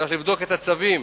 צריך לבדוק את הצווים,